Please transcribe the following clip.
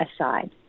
aside